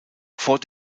vor